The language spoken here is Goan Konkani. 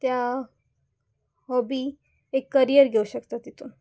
त्या हॉबी एक करियर घेवं शकता तितून